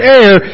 air